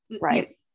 right